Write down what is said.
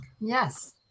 Yes